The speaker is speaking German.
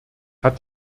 hat